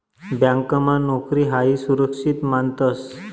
ब्यांकमा नोकरी हायी सुरक्षित मानतंस